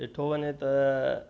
ॾिठो वञे त